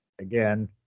again